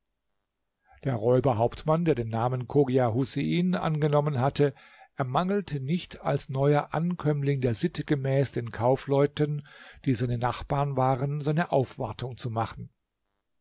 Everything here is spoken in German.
der räuberhauptmann der den namen chogia husein angenommen hatte ermangelte nicht als neuer ankömmling der sitte gemäß den kaufleuten die seine nachbarn waren seine aufwartung zu machen